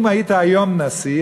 אם היית היום נשיא,